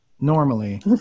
normally